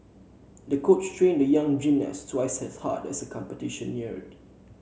the coach trained the young gymnast twice as hard as the competition neared